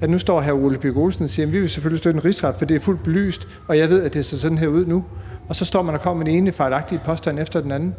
at hr. Ole Birk Olesen nu står og siger: Vi vil selvfølgelig støtte en rigsretssag, for det hele er fuldt belyst, og jeg ved, at det ser sådan her ud nu. Og så står man og kommer med den ene fejlagtige påstand efter den anden.